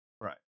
Right